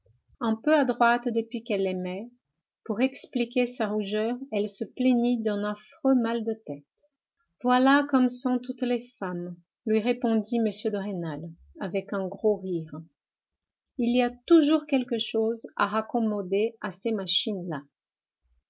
un peu adroite depuis qu'elle aimait pour expliquer sa rougeur elle se plaignit d'un affreux mal de tête voilà comme sont toutes les femmes lui répondit m de rênal avec un gros rire il y a toujours quelque chose à raccommoder à ces machines là